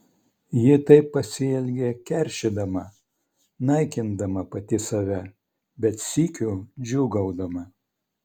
ji taip pasielgė keršydama naikindama pati save bet sykiu džiūgaudama